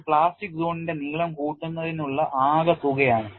ഇത് പ്ലാസ്റ്റിക് സോണിന്റെ നീളം കൂട്ടുന്നതിനുള്ള ആകെ തുക ആണ്